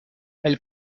elle